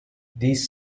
these